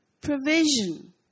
provision